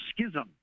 schism